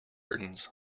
curtains